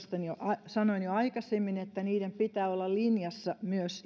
sanoin jo aikaisemmin että niiden pitää olla linjassa myös